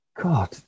god